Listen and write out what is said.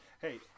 Hey